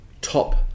top